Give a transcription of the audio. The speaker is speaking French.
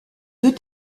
deux